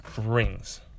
rings